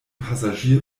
passagier